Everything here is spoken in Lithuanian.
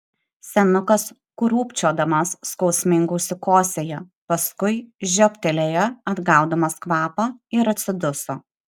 senukas krūpčiodamas skausmingai užsikosėjo paskui žioptelėjo atgaudamas kvapą ir atsiduso